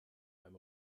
beim